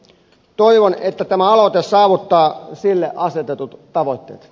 toivon että tämä aloite saavuttaa sille asetetut tavoitteet